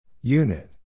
Unit